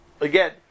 again